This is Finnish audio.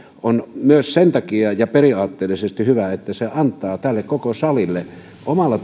on myös sen takia ja periaatteellisesti hyvä että se antaa tälle koko salille omalla